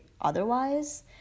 otherwise